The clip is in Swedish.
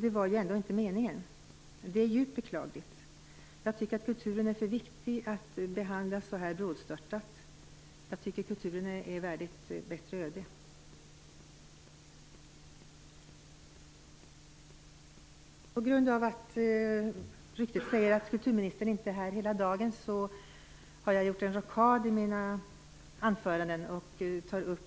Det var väl ändå inte meningen, och det är djupt beklagligt. Jag tycker att kulturen är för viktig för att behandlas så här brådstörtat. Den är värd ett bättre öde. På grund av att ryktet säger att kulturministern inte är här hela dagen har jag gjort en rockad i mina anföranden, och tar upp